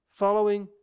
following